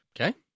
Okay